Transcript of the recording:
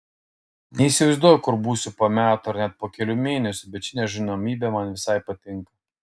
neįsivaizduoju kur būsiu po metų ar net po kelių mėnesių bet ši nežinomybė man visai patinka